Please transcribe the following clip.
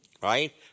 right